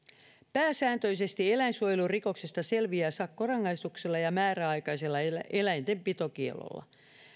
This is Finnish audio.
pääsääntöisesti eläinsuojelurikoksista selviää sakkorangaistuksella ja määräaikaisella eläintenpitokiellolla